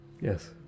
yes